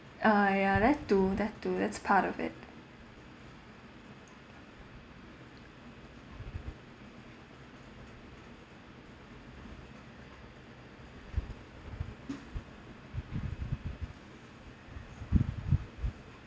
uh ya that too that too that's part of it